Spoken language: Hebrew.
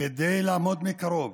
כדי לעמוד מקרוב